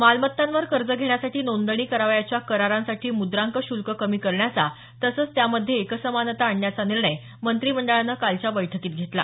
मालमत्तांवर कर्ज घेण्यासाठी नोंदणी करावयाच्या करारांसाठी मुद्रांक शुल्क कमी करण्याचा तसंच त्यामध्ये एकसमानता आणण्याचा निर्णय मंत्रिमंडळानं कालच्या बैठकीत घेतला